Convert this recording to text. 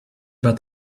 about